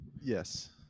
Yes